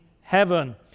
heaven